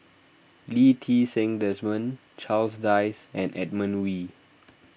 Lee Ti Seng Desmond Charles Dyce and Edmund Wee